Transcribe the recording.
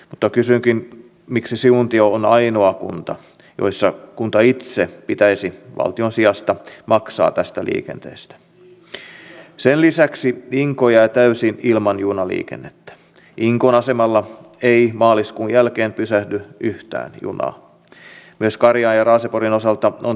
mutta arvoisa puhemies mitä tulee näihin edustaja zyskowiczin lukemiin lainauksiin pitää muistaa että välikysymys päätettiin tehdä sen jälkeen kun pääministeri ilmoitti että hän ei anna pääministerin ilmoitusta eikä tuo tätä keskustelua tänne